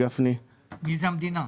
מי זו המדינה?